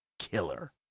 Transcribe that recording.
killer